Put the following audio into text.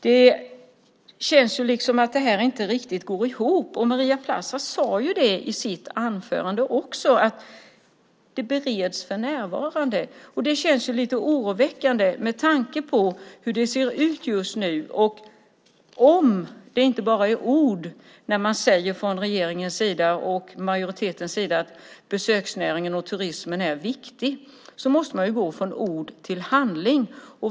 Det känns liksom som att detta inte riktigt går ihop. Maria Plass sade i sitt anförande att det bereds för närvarande. Det känns lite oroväckande med tanke på hur det ser ut just nu, och om det inte bara är ord när man från regeringens och majoritetens sida säger att besöksnäringen och turismen är viktig måste man ju gå från ord till handling.